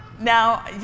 Now